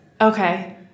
okay